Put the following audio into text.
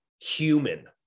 human